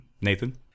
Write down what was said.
Nathan